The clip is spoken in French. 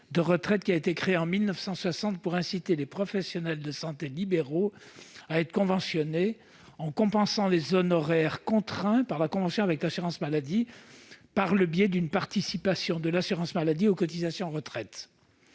de retraite créé en 1960 pour inciter les professionnels de santé libéraux à être conventionnés. Il vient compenser les honoraires contraints par la convention avec l'assurance maladie par le biais d'une participation de l'assurance maladie aux cotisations de retraite.